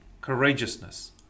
courageousness